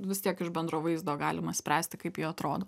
vis tiek iš bendro vaizdo galima spręsti kaip jie atrodo